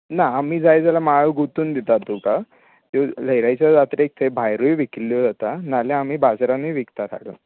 ना आमी जाय जाल्यार माळो गुतूंन दितात तुका त्यो लेयराईच्या जात्रेक थंय भायरूय विकिल्ल्यो जाता नाजाल्यार आमी बाजारानूय विकतात हाडून